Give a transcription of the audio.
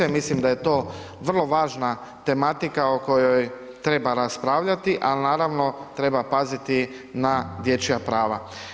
Mislim da je to vrlo važna tematika o kojoj treba raspravljati, al naravno treba paziti na dječja prava.